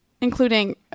including